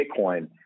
Bitcoin